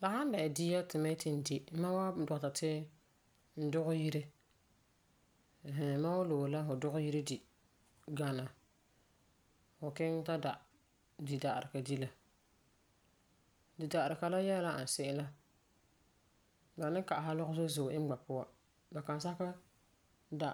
La san dɛna dia ti mam yeti n di mam wan bɔta ti e dugɛ yire. Mam wan loe la e dugɛ yire di gana fu kiŋɛ ta da dida'arega di la. Dida'arega la yɛla n ani se'em la ba ni ka'asɛ la lɔgerɔ zo'e zo'e iŋɛ ba puan. Ba sakɛ da